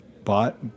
Bought